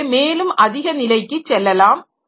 எனவே மேலும் அதிக நிலைக்கு செல்லலாம்